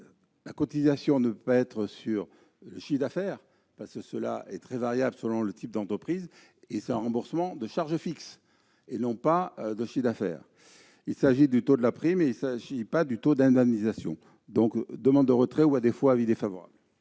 la cotisation ne peut pas être assise sur le chiffre d'affaires, parce que cela est très variable selon le type d'entreprise. Ensuite, c'est un remboursement de charges fixes et non pas de chiffre d'affaires. Il s'agit du taux de la prime et pas du taux d'indemnisation. Retrait ou, défaut, avis défavorable.